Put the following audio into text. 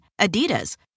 Adidas